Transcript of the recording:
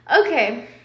okay